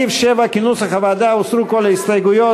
סעיף 7 כנוסח הוועדה, הוסרו כל ההסתייגויות.